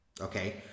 Okay